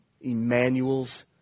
Emmanuel's